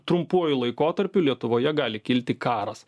trumpuoju laikotarpiu lietuvoje gali kilti karas